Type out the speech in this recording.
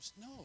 No